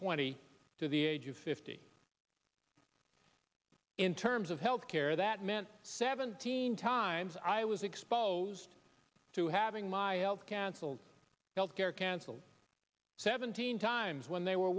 twenty to the age of fifty in terms of health care that meant seventeen times i was exposed to having my health canceled health care canceled seventeen times when they were